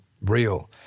real